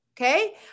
okay